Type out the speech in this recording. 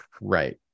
Right